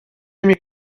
نمی